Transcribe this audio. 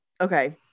okay